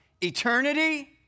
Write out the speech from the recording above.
eternity